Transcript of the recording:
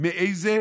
מאיזו